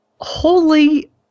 Holy